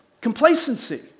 Complacency